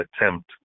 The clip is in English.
attempt